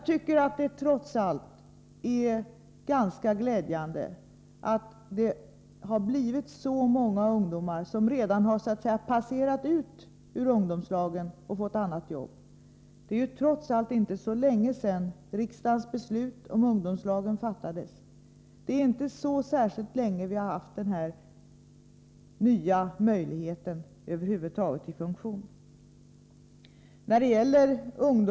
Det är trots allt ganska glädjande att så många ungdomar redan har passerat ungdomslagen och fått annat jobb. Det är ju inte så länge sedan riksdagen fattade beslut om ungdomslag. Vi har inte så särskilt länge haft denna nya möjlighet över huvud taget i funktion.